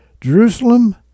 Jerusalem